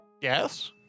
Yes